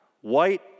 white